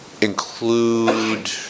include